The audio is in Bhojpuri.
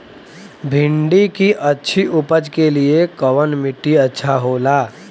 भिंडी की अच्छी उपज के लिए कवन मिट्टी अच्छा होला?